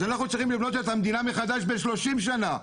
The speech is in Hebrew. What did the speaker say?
אז אנחנו צריכים לבנות את המדינה מחדש ב-30 שנה,